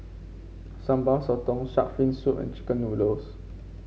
Sambal Sotong shark's fin soup and chicken noodles